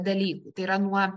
dalykų tai yra nuo